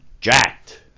jacked